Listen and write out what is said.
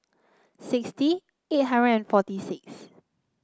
sixty eight hundred and forty six